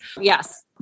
Yes